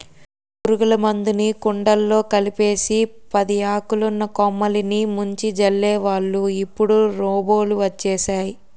పురుగుల మందులుని కుండలో కలిపేసి పదియాకులున్న కొమ్మలిని ముంచి జల్లేవాళ్ళు ఇప్పుడు రోబోలు వచ్చేసేయ్